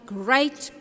great